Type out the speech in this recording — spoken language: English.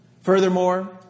Furthermore